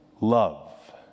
love